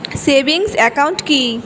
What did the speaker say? Savings account কি?